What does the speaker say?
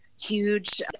huge